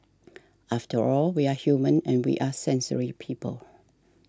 after all we are human and we are sensory people